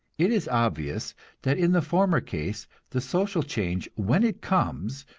it is obvious that in the former case the social change, when it comes,